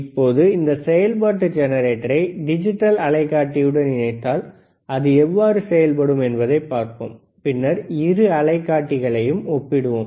இப்போது இந்த செயல்பாட்டு ஜெனரேட்டரை டிஜிட்டல் அலைக்காட்டியுடன் இணைத்தால் அது எவ்வாறு செயல்படும் என்பதை பார்ப்போம் பின்னர் இரு அலைக்காட்டிகளையும் ஒப்பிடுவோம்